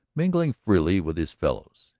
mingling freely with his fellows,